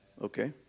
Okay